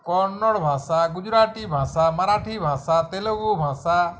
কন্নড় ভাষা গুজরাটি ভাষা মারাঠি ভাষা তেলেগু ভাষা